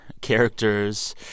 characters